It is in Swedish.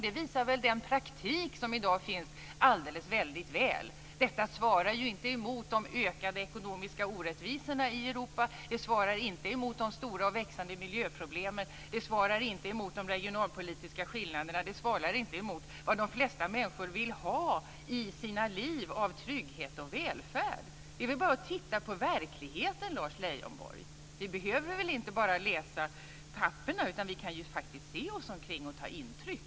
Det visar den praktik som i dag finns alldeles väl. Detta svarar inte emot de ökade ekonomiska orättvisorna i Europa. Det svarar inte emot de stora och växande miljöproblemen. Det svarar inte emot de regionalpolitiska skillnaderna, inte emot vad de flesta människor vill ha i sina liv av trygghet och välfärd. Det är bara att titta på verkligheten, Lars Leijonborg. Vi behöver inte bara läsa papperen, utan vi kan faktiskt se oss omkring och ta intryck.